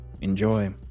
Enjoy